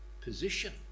position